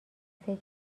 فکر